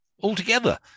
altogether